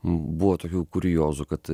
buvo tokių kuriozų kad